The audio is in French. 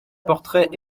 portraits